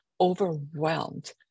overwhelmed